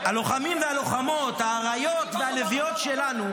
הלוחמים והלוחמות, האריות והלביאות שלנו,